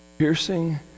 Piercing